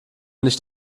nicht